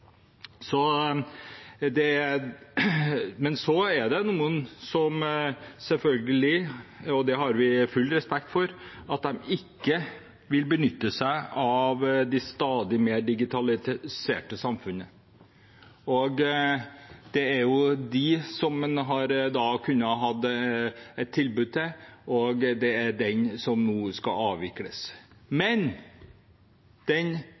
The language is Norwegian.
så er det selvfølgelig noen – og det har vi full respekt for – som ikke vil benytte seg av det stadig mer digitaliserte samfunnet. Det er dem man har kunnet ha dette tilbudet til, som nå skal avvikles.